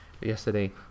yesterday